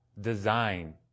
design